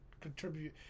contribute